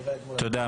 תודה.